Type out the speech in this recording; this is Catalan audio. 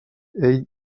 ell